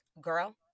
Girl